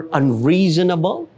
unreasonable